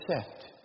accept